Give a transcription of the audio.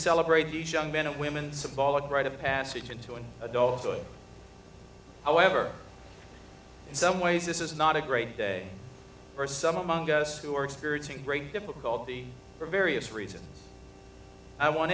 celebrate the jungmann a women's a ball at rite of passage into an adulthood however in some ways this is not a great day for some among us who are experiencing great difficulty for various reasons i want